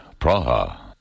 Praha